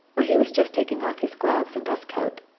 where he was just taking off his gloves and dust-coat.